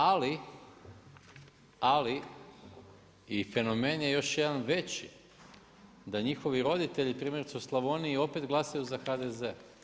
Ali, i fenomen je još jedan veći, da njihovi roditelji primjerice u Slavoniji opet glasaju za HDZ.